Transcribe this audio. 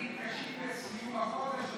מתקשים בסיום החודש.